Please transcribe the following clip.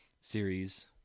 series